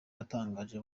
atangaje